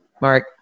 Mark